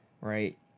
right